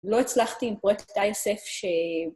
לא הצלחתי עם פרויקט ה-ASF ש...